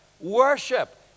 worship